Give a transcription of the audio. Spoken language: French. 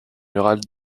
murales